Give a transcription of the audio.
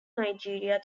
nigeria